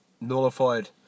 nullified